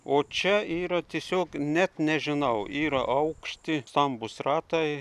o čia yra tiesiog net nežinau yra aukšti stambūs ratai